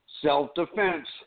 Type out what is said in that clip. self-defense